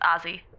Ozzy